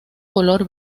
color